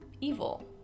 evil